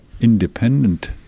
independent